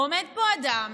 עומד פה אדם